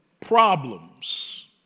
Problems